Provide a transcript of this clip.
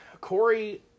Corey